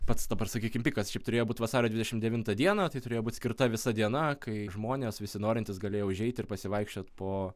pats dabar sakykim pikas šiaip turėjo būt vasario dvidešim devintą dieną tai turėjo būt skirta visa diena kai žmonės visi norintys galėjo užeiti ir pasivaikščiot po